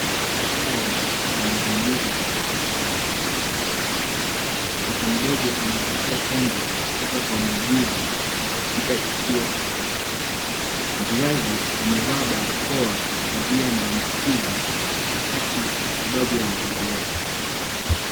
Haya ni mazingira ya hospitali, mtoto mdogo anapokea chanjo kutoka kwa muuguzi katika kituo cha afya, mzazi amevaa barakoa ya kuzuia maambukizi wakati matibabu yanaendelea.